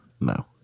No